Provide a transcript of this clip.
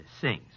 sings